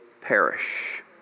perish